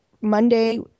Monday